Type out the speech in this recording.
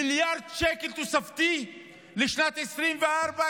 מיליארד שקל תוספתי לשנים 2024,